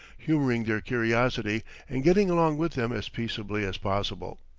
humoring their curiosity and getting along with them as peaceably as possible.